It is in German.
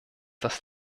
das